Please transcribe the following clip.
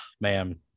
man